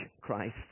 Christ